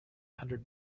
hundred